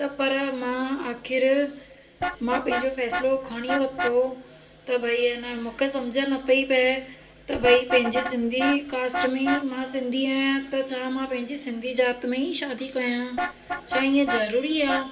त पर मां आख़िरि मां पंहिंजो फ़ैसिलो खणी वरितो त भई है न मूंखे सम्झि न पई पए त भई पंहिंजे सिंधी कास्ट में ई मां सिंधी आहियां त छा मां पंहिंजे सिंधी जाति में ई शादी कयां छा ईअं ज़रूरी आहे